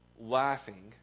laughing